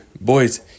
Boys